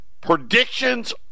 predictions